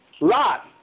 Lot